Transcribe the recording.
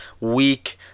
week